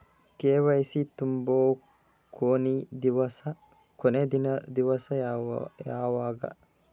KYC ತುಂಬೊ ಕೊನಿ ದಿವಸ ಯಾವಗದ?